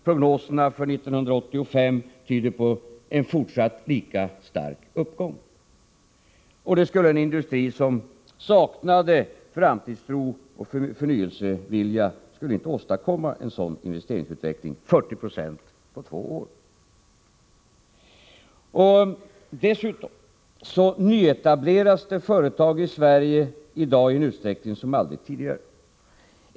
Prognoserna för 1985 tyder på en fortsatt lika stark uppgång. En industri som saknade framtidstro och förnyelsevilja skulle inte åstadkomma en sådan investeringsutveckling, med 40 96 på två år. Det nyetableras dessutom företag i Sverige i dag i en utsträckning som aldrig tidigare.